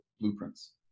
blueprints